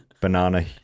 banana